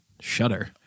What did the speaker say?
shudder